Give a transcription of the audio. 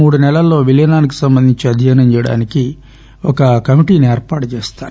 మూడు నెలల్లో విలీనానికి సంబంధించి అధ్యయనం చేయడానికి ఒక కమిటీని ఏర్పాటు చేస్తారు